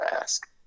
ask